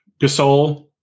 Gasol